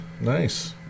Nice